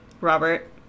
Robert